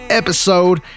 episode